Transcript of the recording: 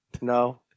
No